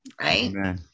right